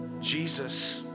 Jesus